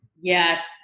Yes